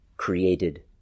created